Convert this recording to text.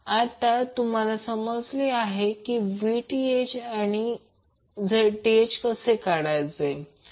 आता तुम्हाला समजले Vth आणि Zth